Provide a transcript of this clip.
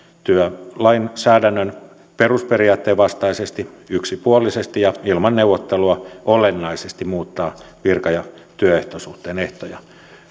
työlainsäädännön perusperiaatteen vastaisesti yksipuolisesti ja ilman neuvottelua olennaisesti muuttaa virka ja työsuhteen ehtoja